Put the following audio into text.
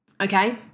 Okay